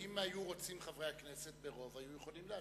אבל אם היו חברי הכנסת ברוב, היו מוכנים להזיז.